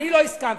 אני לא הסכמתי.